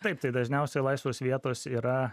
taip tai dažniausiai laisvos vietos yra